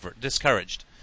discouraged